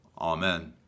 Amen